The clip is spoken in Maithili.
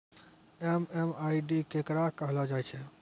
एम.एम.आई.डी केकरा कहलो जाय छै